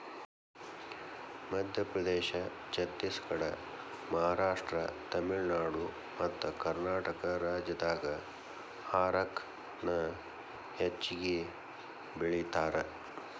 ಮಧ್ಯಪ್ರದೇಶ, ಛತ್ತೇಸಗಡ, ಮಹಾರಾಷ್ಟ್ರ, ತಮಿಳುನಾಡು ಮತ್ತಕರ್ನಾಟಕ ರಾಜ್ಯದಾಗ ಹಾರಕ ನ ಹೆಚ್ಚಗಿ ಬೆಳೇತಾರ